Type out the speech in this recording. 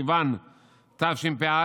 סיוון תשפ"א,